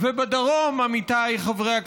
ובדרום, עמיתיי חברי הכנסת,